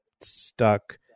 stuck